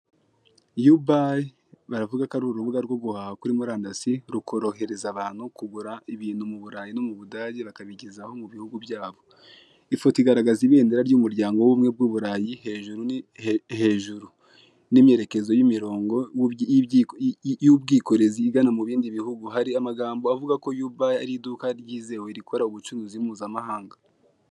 Yubayi baravuga ko ari urubuga rwo guhaha kuri murandasi rukorohereza abantu kugura ibintu mu burayi no mu budage bakabikizaho mu bihugu byabo. Ifoto igaragaza ibendera ry' umuryango w'ubumwe bw'uburayi, hejuru ni imyerekezo y'imirongo y'ubwikorezi igana mu bindi bihugu. Hari amagambo avuga ko yubayi ari iduka ryizewe rikora ubucuruzi mpuzamahanga.